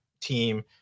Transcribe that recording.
team